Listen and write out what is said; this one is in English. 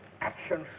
Actions